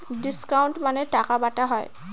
discount মানে টাকা বাটা হয়